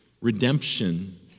redemption